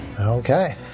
Okay